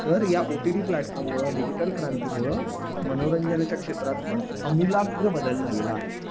तर या O T T प्लॅटफॉर्ममुळं डिजिटल क्रांतीमुळं मनोरंजनाच्या क्षेत्रात पण आमूलाग्र बदल झालेला आहे